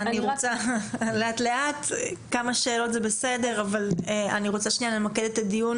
כמה שאלות זה בסדר אבל אני רוצה למקד את הדיון